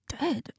dead